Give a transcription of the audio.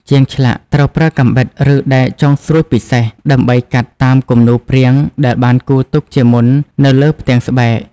ជាងឆ្លាក់ត្រូវប្រើកាំបិត ឬដែកចុងស្រួចពិសេស ដើម្បីកាត់តាមគំនូសព្រាងដែលបានគូរទុកជាមុននៅលើផ្ទាំងស្បែក។